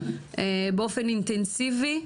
באופן אינטנסיבי,